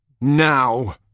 Now